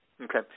Okay